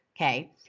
Okay